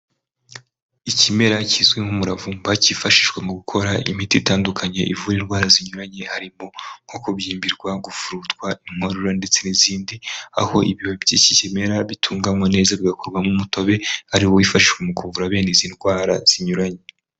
Ikimera kizwi nk'umuravumba cyifashishwa mu gukora imiti itandukanye, ivura indwara zinyuranye, harimo nko kubyimbirwa, gufurutwa, inkorora ndetse n'izindi. Aho ibiba by'iki kimera bitunganywa neza bigakorwamo umutobe , ari wo wifashishwa mu kuvura bene izi ndwara zinyuranye.